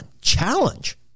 challenge